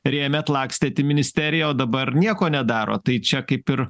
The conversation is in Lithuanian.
rėmėt lakstėt į ministeriją o dabar nieko nedarot tai čia kaip ir